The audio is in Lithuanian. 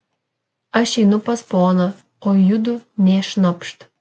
aš einu pas poną o judu nė šnapšt